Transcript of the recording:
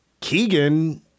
Keegan